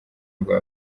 rwa